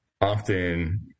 often